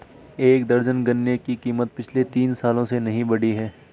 एक दर्जन गन्ने की कीमत पिछले तीन सालों से नही बढ़ी है